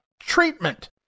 treatment